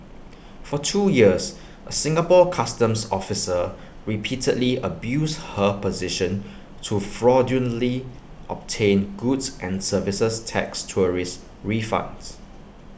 for two years A Singapore Customs officer repeatedly abused her position to fraudulently obtain goods and services tax tourist refunds